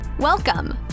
Welcome